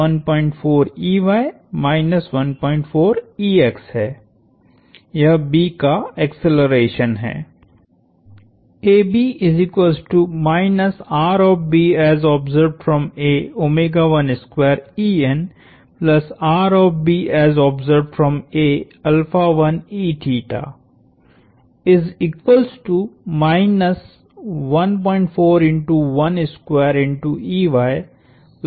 यह B का acceleration है